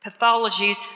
pathologies